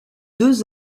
deux